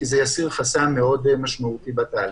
כי זה יסיר חסם מאוד משמעותי בתהליך.